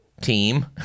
team